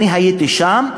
הייתי שם,